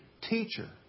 teacher